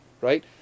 right